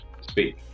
Speak